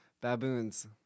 Baboons